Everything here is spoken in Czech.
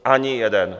Ani jeden!